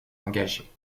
engagés